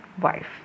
wife